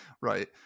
Right